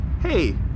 Hey